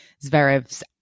Zverev's